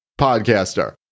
podcaster